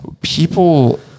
People